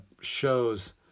shows